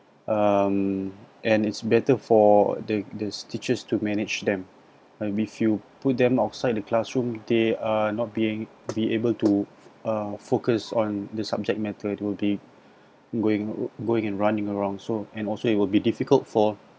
um and it's better for the the teachers to manage them and if you put them outside a classroom they are not being be able to uh focus on the subject matter it will be going going and running around so and also it will be difficult for